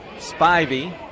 Spivey